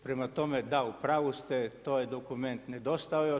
Prema tome, da u pravu, ste, to je dokument nedostajao.